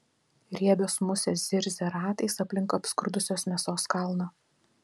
riebios musės zirzia ratais aplink apskrudusios mėsos kalną